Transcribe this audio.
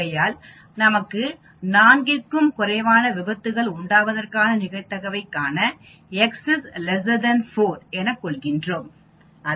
ஆகையால் நமக்கு நான்கிற்கும் குறைவான விபத்துகள் உண்டாவதற்கான நிகழ்தகவை காண x 4 எனக் கொள்கிறோம்